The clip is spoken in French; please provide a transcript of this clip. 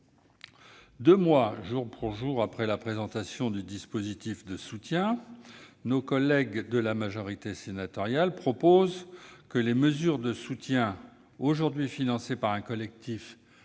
Deux mois jour pour jour après la présentation du dispositif de soutien, nos collègues de la majorité sénatoriale proposent que les mesures de soutien aujourd'hui financées par un collectif